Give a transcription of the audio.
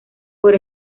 por